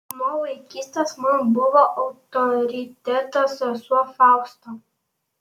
nuo vaikystės man buvo autoritetas sesuo fausta